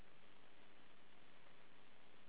oh ya me too